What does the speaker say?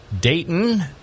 Dayton